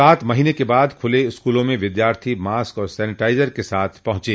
सात महीने के बाद खूले स्कूलों में विद्यार्थी मॉस्क और सेनिटाइजर के साथ विद्यालय पहुंचे